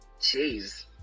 Jeez